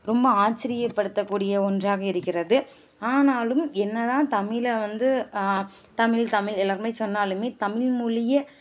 ரொம்ப ஆச்சரியப்படுத்தக்கூடிய ஒன்றாக இருக்கிறது ஆனாலும் என்னதான் தமிழை வந்து தமிழ் தமிழ் எல்லாருமே சொன்னாலுமே தமிழ்மொழியை